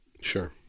Sure